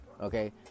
Okay